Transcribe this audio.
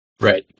Right